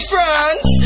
France